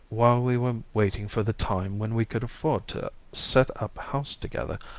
while we were waiting for the time when we could afford to set up house together,